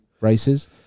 races